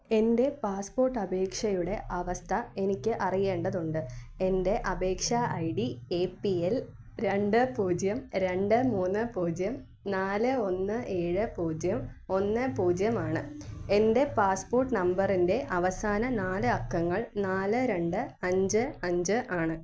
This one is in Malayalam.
എന്റെ പാസ്പോർട്ട് അപേക്ഷയുടെ അവസ്ഥ എനിക്ക് അറിയേണ്ടതുണ്ട് എന്റെ അപേക്ഷ I D A P L രണ്ട് പൂജ്യം രണ്ട് മൂന്ന് പൂജ്യം നാല് ഒന്ന് ഏഴ് പൂജ്യം ഒന്ന് പൂജ്യം ആണ് എന്റെ പാസ്പോർട്ട് നമ്പറിന്റെ അവസാന നാല് അക്കങ്ങൾ നാല് രണ്ട് അഞ്ച് അഞ്ച് ആണ്